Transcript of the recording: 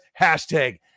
hashtag